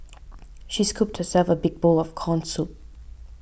she scooped herself a big bowl of Corn Soup